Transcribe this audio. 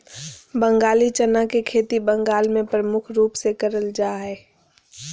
बंगाली चना के खेती बंगाल मे प्रमुख रूप से करल जा हय